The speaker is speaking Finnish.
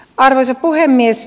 arvoisa puhemies